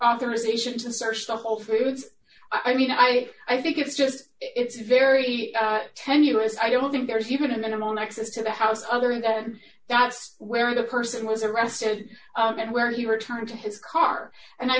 authorization to search the whole foods i mean i i think it's just it's very tenuous i don't think there's even a minimal nexus to the house other than that's where the person was arrested and where he returned to his car and i